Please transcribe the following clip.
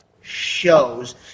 shows